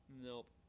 nope